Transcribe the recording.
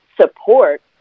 support